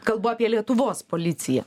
kalbu apie lietuvos policiją